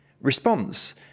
response